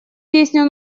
песню